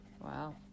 Wow